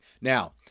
Now